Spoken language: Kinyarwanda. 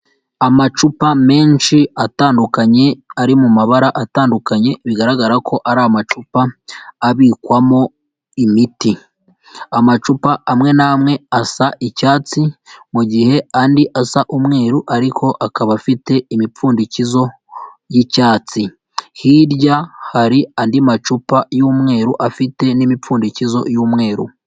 Amacupa menshi atandukanye ari mu mabara atandukanye bigaragara ko ari amacupa abikwamo imiti. Amacupa amwe n'amwe asa icyatsi mu gihe andi asa umweru ariko akaba afite imipfundikizo y'icyatsi. Hirya hari andi macupa y'umweru afite n'imipfundikizo y'umweru.